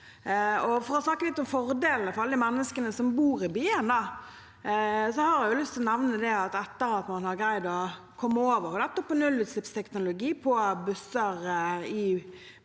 vil snakke litt om fordelene for alle de menneskene som bor i byene. Først har jeg lyst til å nevne at etter at man har greid å komme over på nettopp nullutslippsteknologi på busser i både